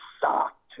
sucked